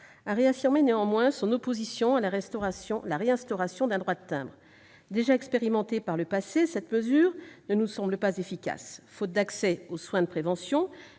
a réaffirmé néanmoins son opposition à la réinstauration d'un droit de timbre. Déjà expérimentée par le passé, cette mesure est inefficace : faute d'accès aux soins de prévention,